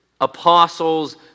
Apostles